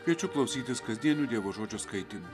kviečiu klausytis kasdienių dievo žodžio skaitymų